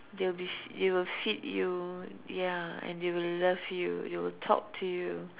they'll be they will feed you ya and they will love you they will talk to you